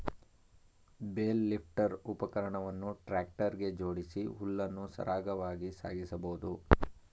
bale lifter ಉಪಕರಣವನ್ನು tractor ಗೆ ಜೋಡಿಸಿ ಹುಲ್ಲನ್ನು ಸರಾಗವಾಗಿ ಸಾಗಿಸಬೋದು